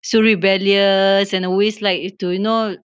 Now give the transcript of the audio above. so rebellious and always like to you know